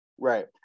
Right